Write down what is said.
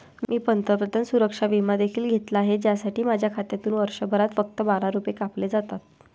मी पंतप्रधान सुरक्षा विमा देखील घेतला आहे, ज्यासाठी माझ्या खात्यातून वर्षभरात फक्त बारा रुपये कापले जातात